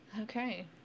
Okay